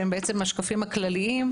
שהם בעצם השקפים הכלליים,